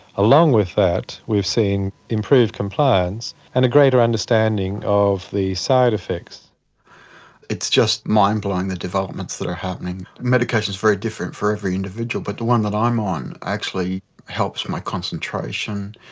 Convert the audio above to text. along with that, we've seen improved compliance and a greater understanding of the side-effects. it's just mind blowing, the developments that are happening. medication is very different for every individual but the one that i'm on actually helps my concentration,